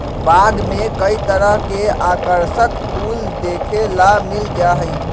बाग में कई तरह के आकर्षक फूल देखे ला मिल जा हई